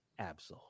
Absol